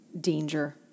danger